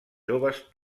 joves